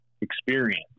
experience